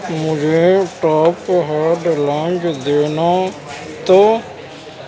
مجھے top head light دینا تو